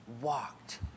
walked